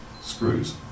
screws